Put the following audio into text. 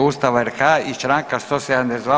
Ustava RH i Članka 172.